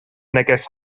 neges